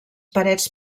parets